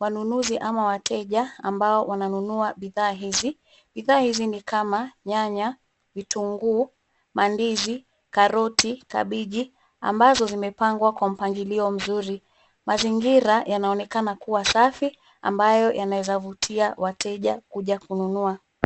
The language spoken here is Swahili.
wanunuzi ama wateja ambao wananunua bidhaa hizi. Bidhaa hizi ni kama nyanya, vitunguu, mandizi, karoti ,kabeji ambazo zimepangwa kwa mpangilio mzuri. Mazingira yanaonekana kuwa safi ambayo yanaweza kuvutia wateja kuja kununua.